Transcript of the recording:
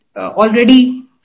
already